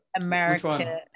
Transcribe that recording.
America